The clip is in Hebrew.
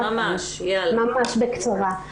ממש בקצרה.